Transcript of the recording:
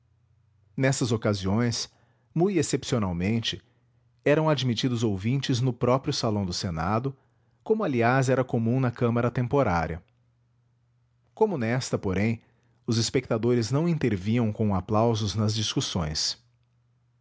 nessas ocasiões mui excepcionalmente eram admitidos ouvintes no próprio salão do senado como aliás era comum na câmara temporária como nesta porém os espectadores não intervinham com aplausos nas discussões